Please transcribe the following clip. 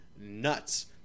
nuts